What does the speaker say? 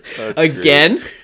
again